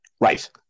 Right